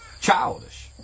Childish